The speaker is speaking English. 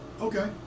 Okay